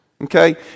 Okay